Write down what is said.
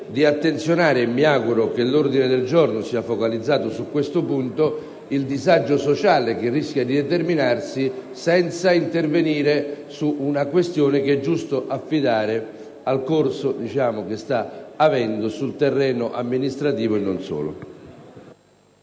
di attenzionare ‑ e mi auguro che l'ordine giorno sia focalizzato su questo punto ‑ il disagio sociale che rischia di determinarsi se non si interviene su una questione che è giusto affidare al corso che sta avendo, sul terreno amministrativo e non solo.